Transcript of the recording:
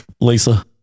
Lisa